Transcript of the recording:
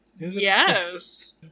yes